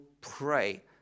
pray